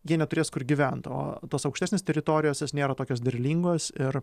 jie neturės kur gyvent o tos aukštesnės teritorijos jos nėra tokios derlingos ir